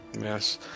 Yes